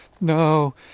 No